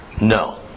No